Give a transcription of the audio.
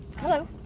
Hello